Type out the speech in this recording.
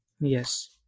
Yes